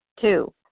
Two